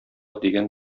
дигән